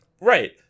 Right